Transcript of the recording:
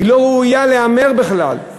היא לא ראויה להיאמר בכלל.